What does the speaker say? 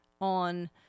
on